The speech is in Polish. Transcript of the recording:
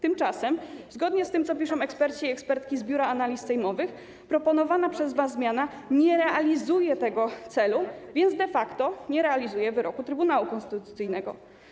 Tymczasem zgodnie z tym, co piszą eksperci i ekspertki z Biura Analiz Sejmowych, proponowana przez was zmiana nie realizuje tego celu, więc de facto nie realizuje wyroku Trybunału Konstytucyjnego.